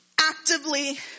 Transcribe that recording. actively